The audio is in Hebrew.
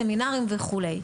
סמינרים וכדומה.